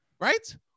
right